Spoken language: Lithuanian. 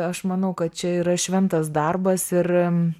aš manau kad čia yra šventas darbas ir